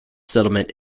settlement